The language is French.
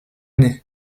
année